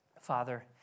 Father